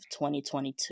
2022